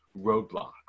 roadblocks